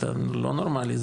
אתה לא נורמלי,